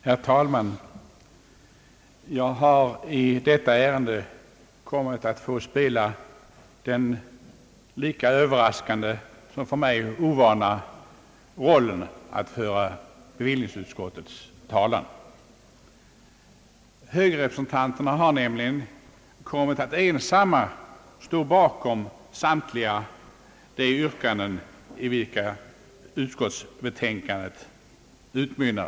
Herr talman! Jag har i detta ärende kommit att få spela den lika överraskande som för mig ovana rollen att föra bevillningsutskottets talan. Högerrepresentanterna har nämligen kommit att ensamma stå bakom samtliga de yrkanden i vilka utskottsbetänkandet utmynnar.